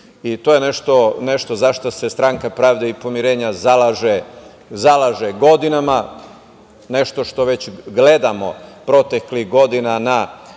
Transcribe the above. To je nešto za šta se Stranka pravde i pomirenja zalaže godinama, nešto što već gledamo godinama